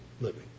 living